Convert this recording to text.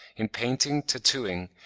in painting, tattooing,